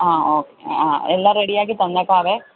അ ഒ എല്ലാം റെഡിയാക്കി തന്നേക്കാം